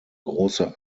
große